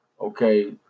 okay